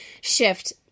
shift